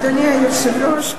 אדוני היושב-ראש,